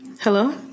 Hello